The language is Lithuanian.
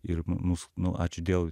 ir mus nu ačiū dievui